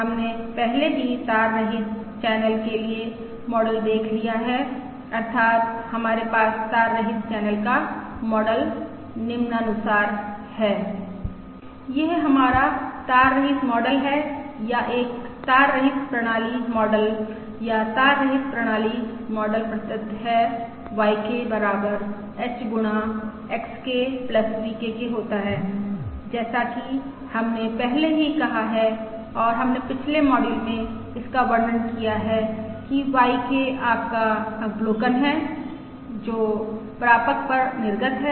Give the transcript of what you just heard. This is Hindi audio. हमने पहले ही तार रहित चैनल के लिए मॉडल देख लिया है अर्थात् हमारे तार रहित चैनल का मॉडल निम्नानुसार है यह हमारा तार रहित मॉडल है या एक तार रहित प्रणाली मॉडल या तार रहित प्रणाली मॉडल प्रदत्त है YK बराबर H गुणा XK VK के होता है जैसा कि हमने पहले ही कहा है और हमने पिछले मॉडल में इसका वर्णन किया है कि YK आपका अवलोकन है जो प्रापक पर निर्गत है